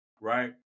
right